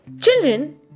Children